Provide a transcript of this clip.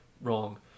wrong